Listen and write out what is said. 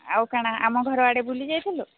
ଆଉ କ'ଣ ଆମ ଘରଆଡ଼େ ବୁଲି ଯାଇଥିଲୁ